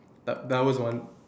that that was one